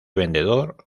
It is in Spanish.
vendedor